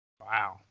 wow